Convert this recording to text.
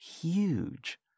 huge